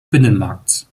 binnenmarkts